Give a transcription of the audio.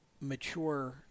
mature